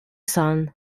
son